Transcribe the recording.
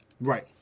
Right